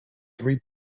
three